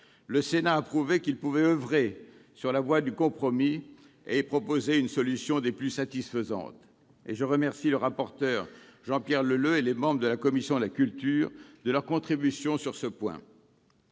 le Sénat a prouvé qu'il pouvait oeuvrer sur la voie du compromis et proposer une solution des plus satisfaisantes. Je remercie le rapporteur pour avis Jean-Pierre Leleux et les membres de la commission de la culture de leur contribution sur ce point.